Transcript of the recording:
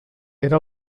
era